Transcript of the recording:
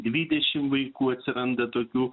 dvidešim vaikų atsiranda tokių